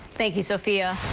thank you, sofia.